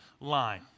line